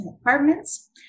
apartments